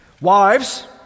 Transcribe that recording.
Wives